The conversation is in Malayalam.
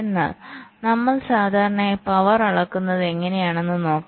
എന്നാൽ നമ്മൾ സാധാരണയായി പവർ അളക്കുന്നത് എങ്ങനെയെന്ന് നോക്കാം